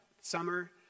summer